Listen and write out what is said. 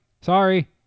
Sorry